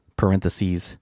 parentheses